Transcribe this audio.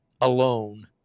alone